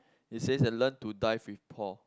it says that learn to dive with Paul